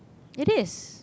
it is